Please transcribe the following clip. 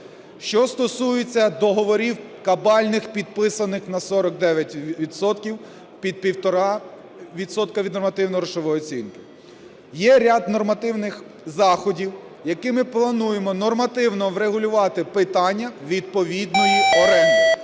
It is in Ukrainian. Що стосується договорів кабальних, підписаних на 49 відсотків під півтора відсотка від нормативно-грошової оцінки. Є ряд нормативних заходів, якими плануємо нормативно врегулювати питання відповідної оренди.